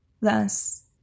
Thus